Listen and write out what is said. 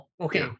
okay